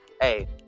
hey